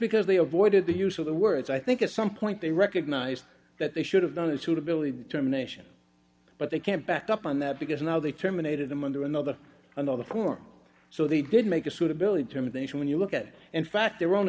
because they avoided the use of the words i think at some point they recognized that they should have done it to believe terminations but they can't back up on that because now they terminated them under another another form so they did make a suitability terminator when you look at it in fact their own